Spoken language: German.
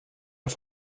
auf